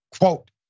Quote